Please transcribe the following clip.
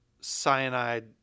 Cyanide